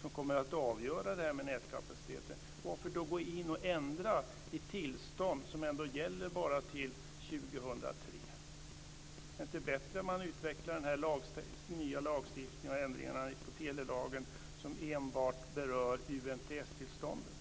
som kommer att avgöra detta med nätkapaciteten, varför då gå in och ändra i tillstånd som ändå gäller bara till 2003? Är det inte bättre att man utvecklar den nya lagstiftningen och ändringarna i telelagen som enbart berör UMTS-tillstånden?